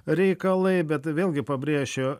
reikalai bet vėlgi pabrėšiu